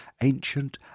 ancient